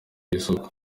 isoko